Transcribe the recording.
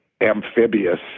amphibious